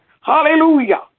Hallelujah